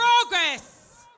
Progress